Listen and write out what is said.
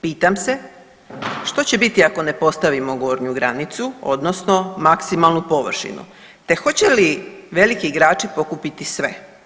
Pitam se, što će biti ako ne postavimo gornju granicu odnosno maksimalnu površinu te hoće li veliki igrači pokupiti sve?